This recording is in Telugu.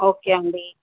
ఓకే అండి